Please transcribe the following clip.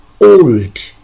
Old